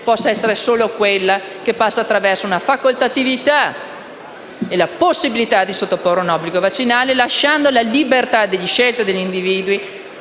possa essere solo quella che passa attraverso una facoltatività e la possibilità di sottoporre a prevenzione vaccinale, lasciando la libertà di scelta agli individui